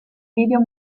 video